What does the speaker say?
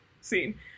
scene